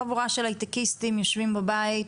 חבורה של הייטקיסטים יושבים בבית,